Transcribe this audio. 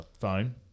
phone